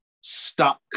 stuck